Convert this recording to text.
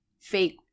fake